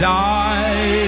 die